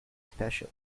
special